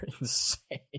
insane